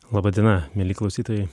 laba diena mieli klausytojai